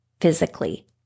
physically